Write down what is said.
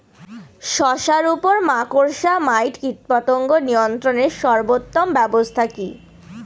শশার উপর মাকড়সা মাইট কীটপতঙ্গ নিয়ন্ত্রণের সর্বোত্তম ব্যবস্থা কি?